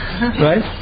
right